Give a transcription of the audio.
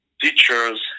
Teachers